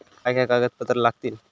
काय काय कागदपत्रा लागतील?